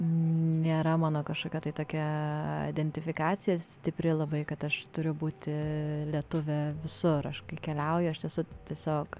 nėra mano kažkokia tai tokia identifikacija stipri labai kad aš turiu būti lietuvė visur aš kai keliauju aš esu tiesiog